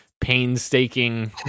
painstaking